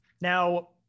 Now